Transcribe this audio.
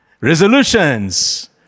Resolutions